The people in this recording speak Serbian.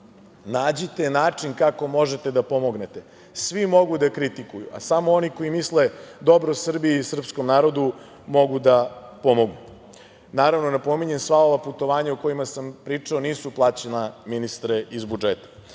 nađite način kako možete da pomognete. Svi mogu da kritikuju, a samo oni koji misle dobro Srbiji i srpskom narodu mogu da pomognu. Naravno, napominjem sva ova putovanja, o kojima sam pričao, nisu plaćena iz